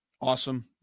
Awesome